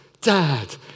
Dad